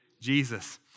Jesus